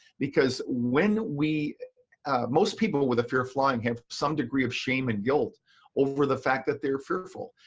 because when we most people with a fear of flying have some degree of shame and guilt over the fact that they're fearful.